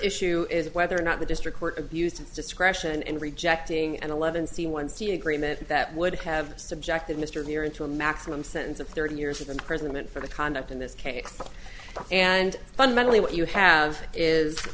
issue is whether or not the district court abused its discretion in rejecting an eleven c one c agreement that would have subjected mr near into a maximum sentence of thirty years of imprisonment for the conduct in this case and fundamentally what you have is